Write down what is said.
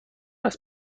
است